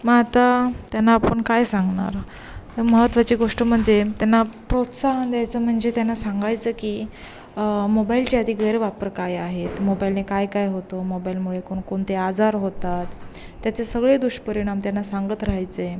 मग आता त्यांना आपण काय सांगणार महत्वाची गोष्ट म्हणजे त्यांना प्रोत्साहन द्यायचं म्हणजे त्यांना सांगायचं की मोबाईलचे आधी गैरवापर काय आहेत मोबाईलने काय काय होतं मोबाईलमुळे कोणकोणते आजार होतात त्याचे सगळे दुष्परिणाम त्यांना सांगत राहायचे